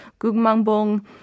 Gugmangbong